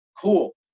cool